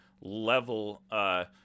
level –